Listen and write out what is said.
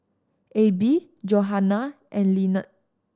Abie Johannah and Lynnette